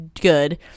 good